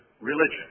religion